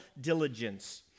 diligence